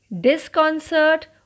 Disconcert